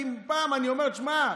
כי אם פעם אני אומר: תשמע,